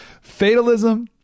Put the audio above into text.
fatalism